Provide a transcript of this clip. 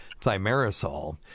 thimerosal